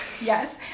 Yes